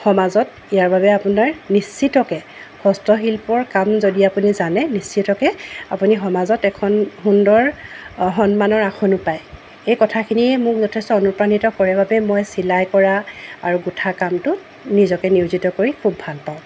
সমাজত ইয়াৰ বাবে আপোনাৰ নিশ্চিতকৈ হস্তশিল্পৰ কাম যদি আপুনি জানে নিশ্চিতকৈ আপুনি সমাজত এখন সুন্দৰ সন্মানৰ আসনো পায় এই কথাখিনিয়ে মোক যথেষ্ট অনুপ্ৰাণিত কৰে বাবে মই চিলাই কৰা আৰু গোঁঠা কামটোত নিজকে নিয়োজিত কৰি খুব ভাল পাওঁ